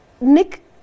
Nick